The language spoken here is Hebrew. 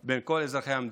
בין כל אזרחי המדינה.